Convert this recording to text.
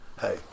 Hey